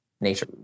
nature